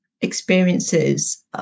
experiences